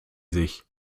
sich